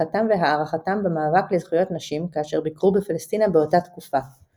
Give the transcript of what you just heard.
תמיכתם והערכתם במאבק לזכויות נשים כאשר ביקרו בפלשתינה באותה תקופה.